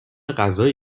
غذایی